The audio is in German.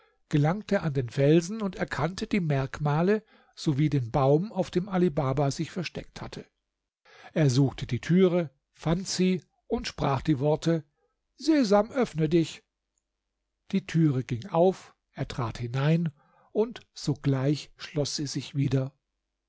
gelangte an den felsen und erkannte die merkmale sowie den baum auf dem ali baba sich versteckt hatte er suchte die türe fand sie und sprach die worte sesam öffne dich die türe ging auf er trat hinein und sogleich schloß sie sich wieder